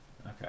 Okay